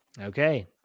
Okay